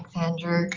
andrew.